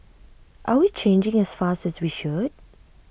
are we changing as fast as we should